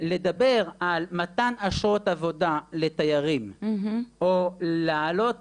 לדבר על מתן אשרות עבודה לתיירים, או להעלות